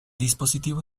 dispositivo